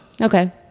Okay